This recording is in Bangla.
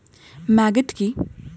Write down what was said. ম্যাগট কি?